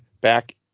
back